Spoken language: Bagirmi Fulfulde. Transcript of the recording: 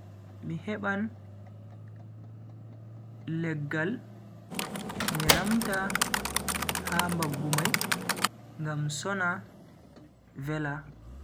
Mi heban leggal mi ramta ha mbaggu mai ngam sona vela.